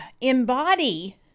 embody